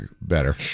better